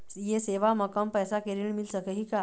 ये सेवा म कम पैसा के ऋण मिल सकही का?